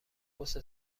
پست